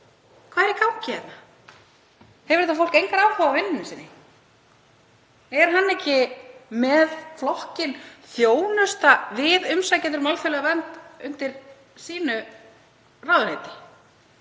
hvað er í gangi? Hefur þetta fólk engan áhuga á vinnunni sinni? Er hann ekki með málaflokk þjónustu við umsækjendur um alþjóðlega vernd undir sínu ráðuneyti?